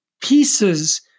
pieces